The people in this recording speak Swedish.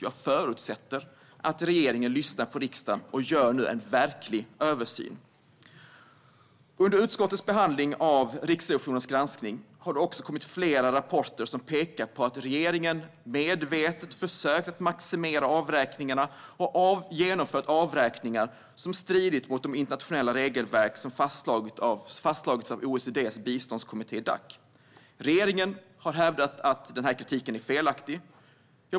Jag förutsätter att regeringen lyssnar på riksdagen och nu gör en verklig översyn. Under utskottets behandling av Riksrevisionens granskning har det kommit flera rapporter som pekar på att regeringen medvetet försökt att maximera avräkningarna och genomfört avräkningar som strider mot de internationella regelverk som fastslagits av OECD:s biståndskommitté Dac. Regeringen har hävdat att kritiken är felaktig.